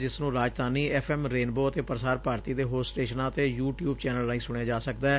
ਜਿਸ ਨੂੰ ਰਾਜਧਾਨੀ ਐਫ਼ ਐਮ ਰੇਨਬੋ ਅਤੇ ਪ੍ਰਸਾਰ ਭਾਰਤੀ ਦੇ ਹੋਰ ਸਟੇਸ਼ਨਾਂ ਅਤੇ ਯੂ ਟਿਊਬ ਚੈਨਲ ਰਾਹੀਂ ਸੁਣਿਆ ਜਾ ਸਕਦੈ